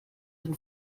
and